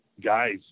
guys